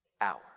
hour